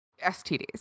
STDs